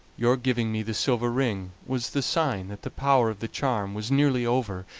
your giving me the silver ring was the sign that the power of the charm was nearly over,